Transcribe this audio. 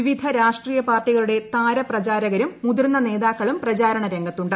വിവിധ രാഷ്ട്രീയ പാർട്ടികളുടെ താര പ്രചാരകരും മുതിർന്ന നേതാക്കളും പ്രചാരണ രംഗത്തുണ്ട്